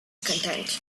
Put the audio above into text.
content